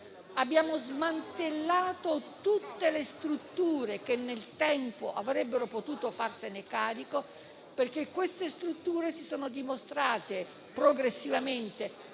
Abbiamo smantellato tutte le strutture che nel tempo avrebbero potuto farsene carico, perché si sono dimostrate progressivamente